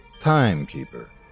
Timekeeper